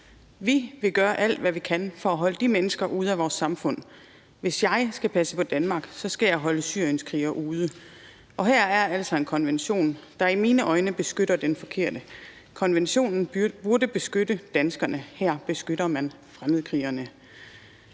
»Vi vil gøre alt, hvad vi kan, for at holde de mennesker ude af vores samfund.« »Hvis jeg skal passe på Danmark, så skal jeg holde de syrienkrigere ude. Og her er der altså en konvention, der i mine øjne beskytter den forkerte.« »Konventionen burde beskytte danskerne, her beskytter man fremmedkrigeren.«